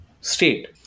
state